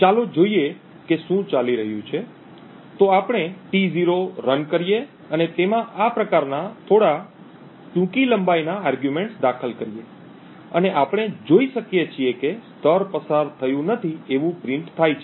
ચાલો જોઈએ કે શું ચાલી રહ્યું છે તો આપણે T0 રન કરીએ અને તેમાં આ પ્રકારના થોડા ટૂંકી લંબાઈના આર્ગ્યુમેન્ટ્સ દાખલ કરીએ અને આપણે જોઈ શકીએ છીએ કે સ્તર પસાર થયું નથી એવું પ્રિન્ટ થાય છે